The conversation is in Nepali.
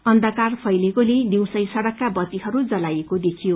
अन्ध्कार फैलिएकोले दिउँसै सड़कका बत्तीहरू जलाईएको देखियो